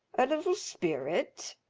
a little spirit.